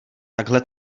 takhle